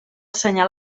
senyal